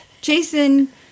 Jason